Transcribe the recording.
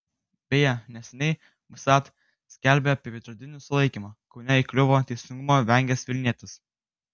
beje neseniai vsat skelbė apie veidrodinį sulaikymą kaune įkliuvo teisingumo vengęs vilnietis